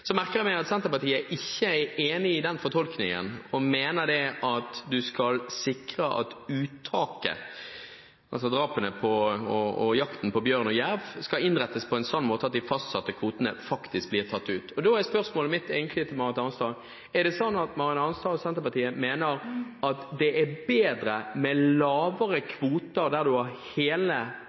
Så merker jeg meg at Senterpartiet ikke er enig i den fortolkningen og mener at man skal sikre at uttaket, altså jakten på bjørn og jerv, skal innrettes på en sånn måte at de fastsatte kvotene faktisk blir tatt ut. Da er egentlig spørsmålet mitt til Marit Arnstad: Er det sånn at Marit Arnstad og Senterpartiet mener at det er bedre med lavere kvoter der hele